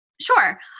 Sure